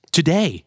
Today